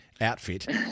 outfit